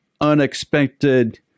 unexpected